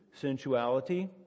sensuality